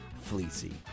fleecy